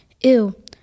Ew